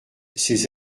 ses